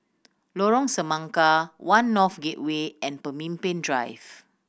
Lorong Semangka One North Gateway and Pemimpin Drive